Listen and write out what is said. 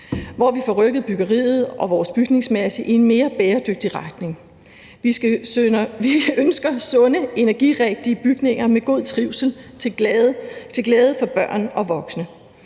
hvor vi får rykket byggeriet og vores bygningsmasse i en mere bæredygtig retning. Vi ønsker sunde, energirigtige bygninger med god trivsel til glæde for børn og voksne